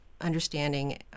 understanding